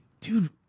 Dude